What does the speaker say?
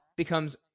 Becomes